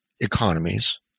economies